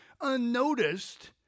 unnoticed